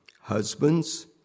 Husbands